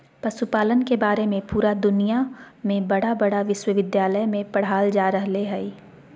पशुपालन के बारे में पुरा दुनया में बड़ा बड़ा विश्विद्यालय में पढ़ाल जा रहले हइ